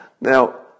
Now